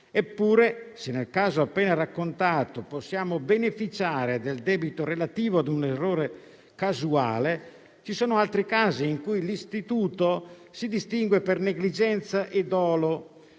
Eppure, se nel caso appena raccontato possiamo beneficiare del dubbio relativo a un errore casuale, ci sono altri casi in cui l'istituto si distingue per negligenza e dolo.